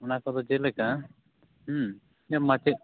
ᱚᱱᱟ ᱠᱚᱫᱚ ᱪᱮᱫ ᱞᱮᱠᱟ ᱢᱟᱪᱮᱫ